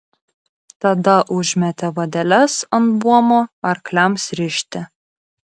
tada užmetė vadeles ant buomo arkliams rišti